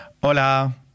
Hola